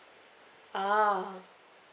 ah